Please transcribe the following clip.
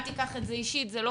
אל תיקח את זה אישית, זה לא